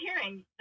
hearing